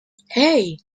hey